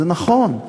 זה נכון.